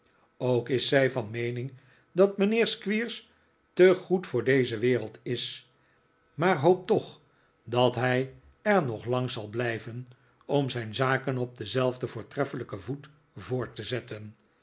ook is zij van meening dat mijnheer squeers te goed voor deze wereld is maar jioopt toch dat hij er nog lang zal blijven om zijn zaken op denzelfden voortreffelijken voet voort te zetten